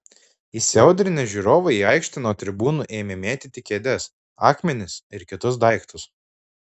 įsiaudrinę žiūrovai į aikštę nuo tribūnų ėmė mėtyti kėdes akmenis ir kitus daiktus